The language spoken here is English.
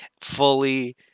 fully